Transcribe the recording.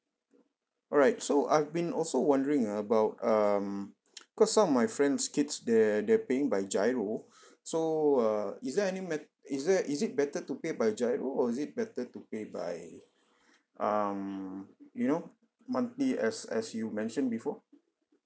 alright so I've been also wondering ah about um cause some of my friend's kids they're they're paying by GIRO so uh is there any met~ is there is it better to pay by GIRO or is it better to pay by um you know monthly as as you mentioned before